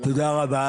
תודה רבה